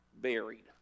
buried